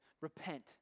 Repent